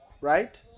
right